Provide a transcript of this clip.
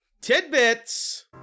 Tidbits